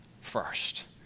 first